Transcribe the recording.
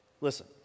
Listen